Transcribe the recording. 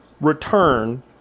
return